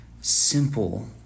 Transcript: simple